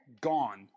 Gone